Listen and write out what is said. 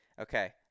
okay